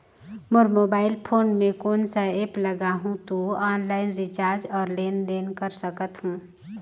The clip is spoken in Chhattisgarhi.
मोर मोबाइल फोन मे कोन सा एप्प लगा हूं तो ऑनलाइन रिचार्ज और लेन देन कर सकत हू?